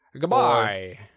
Goodbye